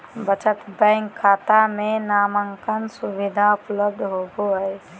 बचत बैंक खाता में नामांकन सुविधा उपलब्ध होबो हइ